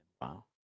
wow